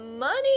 money